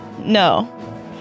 No